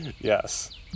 Yes